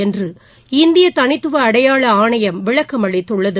என்று இந்திய தனித்துவ அடையாள ஆணையம் விளக்கம் அளித்துள்ளது